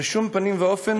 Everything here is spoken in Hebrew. בשום פנים ואופן.